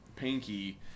pinky